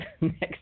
next